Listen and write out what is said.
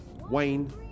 Wayne